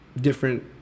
different